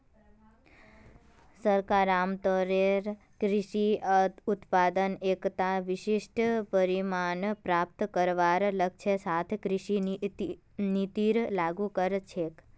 सरकार आमतौरेर कृषि उत्पादत एकता विशिष्ट परिणाम प्राप्त करवार लक्ष्येर साथ कृषि नीतिर लागू कर छेक